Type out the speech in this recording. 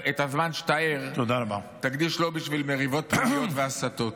-- ואת הזמן שאתה ער תקדיש לא למריבות פוגעניות והסתות.